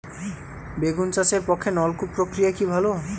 বেগুন চাষের পক্ষে নলকূপ প্রক্রিয়া কি ভালো?